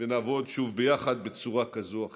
ונעבוד שוב ביחד בצורה כזאת או אחרת.